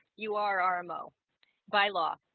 you are are rmo by law